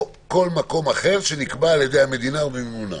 או כל מקום אחר שנקבע על-ידי המדינה ובמימונה.